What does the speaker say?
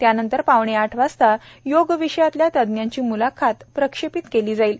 त्यानंतर पावणे आठ वाजता योग विषयातल्या तज्ञांची म्लाखत प्रक्षेपित केली जाईल